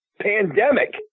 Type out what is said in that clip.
pandemic